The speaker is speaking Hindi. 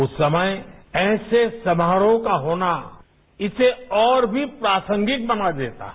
उस समय ऐसे समारोह का होना इसे और भी प्रासंगिक बना देता है